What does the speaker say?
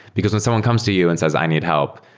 because when someone comes to you and says, i need help.